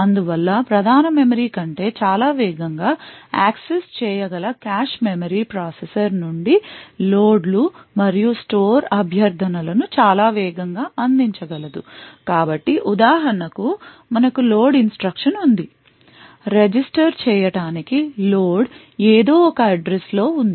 అందువల్ల ప్రధాన మెమరీ కంటే చాలా వేగంగా యాక్సెస్ చేయగల కాష్ మెమరీ ప్రాసెసర్ నుండి లోడ్లు మరియు స్టోర్ అభ్యర్థనలను చాలా వేగంగా అందించగలదు కాబట్టి ఉదాహరణకు మనకు లోడ్ ఇన్స్ట్రక్షన్ ఉంది రిజిస్టర్ చేయటానికి లోడ్ ఏదో ఒక అడ్రస్ లో ఉంది